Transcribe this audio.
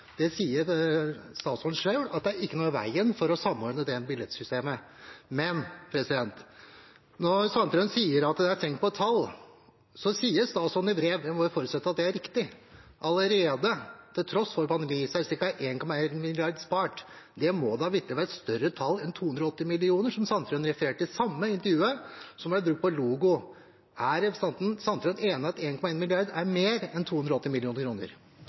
Det sier statsråden selv at det ikke er noe i veien for å gjøre. Til at Sandtrøen sier at det er «tenk på et tall»: Statsråden sier i et brev, og vi må jo forutsette at det er riktig, at det til tross for pandemien allerede er spart ca. 1,1 mrd. kr. Det må da vitterlig være et større tall enn 280 mill. kr – som Sandtrøen refererte til i det samme intervjuet – som ble brukt på en logo. Er representanten Sandtrøen enig i at 1,1 mrd. kr er mer